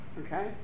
okay